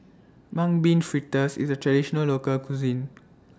Mung Bean Fritters IS A Traditional Local Cuisine